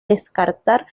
descartar